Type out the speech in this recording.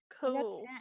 Cool